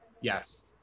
Yes